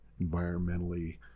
environmentally